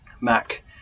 Mac